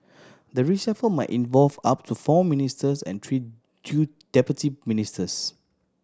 the reshuffle might involve up to four ministers and three due deputy ministers